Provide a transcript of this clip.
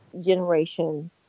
generation